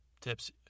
tips